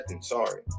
sorry